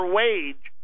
wage